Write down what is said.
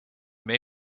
may